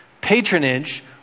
Patronage